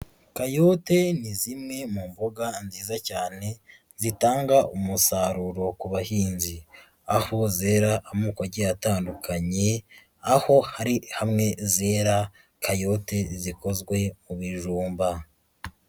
Kayote ni zimwe mu mboga nziza cyane, zitanga umusaruro ku bahinzi. Aho zera amoko agiye atandukanye, aho hari hamwe zera kayote zikozwe mu bijumba.